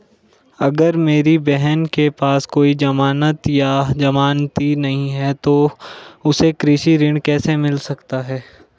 अगर मेरी बहन के पास कोई जमानत या जमानती नहीं है तो उसे कृषि ऋण कैसे मिल सकता है?